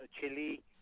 chili